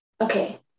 okay